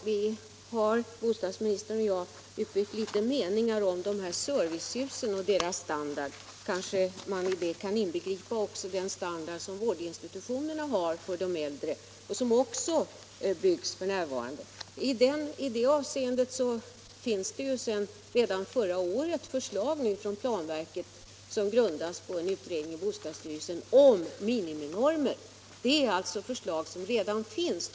Herr talman! Bostadsministern och jag har utbytt meningar om servicehusen och deras standard. Kanske kan man i det inbegripa även standarden hos vårdinstitutionerna för de äldre, som också byggs f.n. I det avseendet ligger sedan förra året ett förslag från planverket, som grundas på en utredning i bostadsstyrelsen, om miniminormer. Detta förslag är alltså redan framlagt.